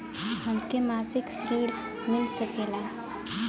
हमके मासिक ऋण मिल सकेला?